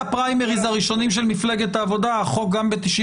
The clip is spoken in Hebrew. אמרו: בוא נשאיר את נושא הנשים בצד,